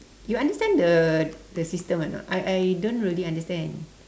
you understand the the system or not I I don't really understand